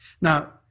Now